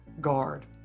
guard